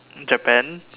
Japan